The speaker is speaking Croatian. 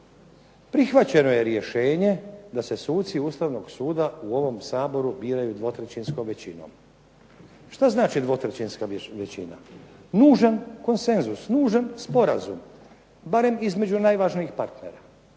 Prihvaćeno je rješenje da se suci Ustavnog suda u ovom Saboru biraju dvotrećinskom većinom. Šta znači dvotrećinska većina? Nužan konsenzus, nužan sporazum. Barem između najvažnijih partnera.